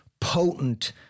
potent